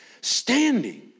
standing